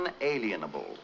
unalienable